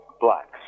Blacks